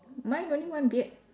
mine only one beard